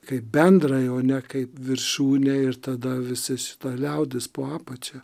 kaip bendrai o ne kaip viršūnė ir tada visi šita liaudis po apačia